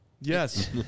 Yes